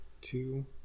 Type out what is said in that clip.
two